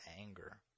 anger